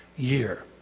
year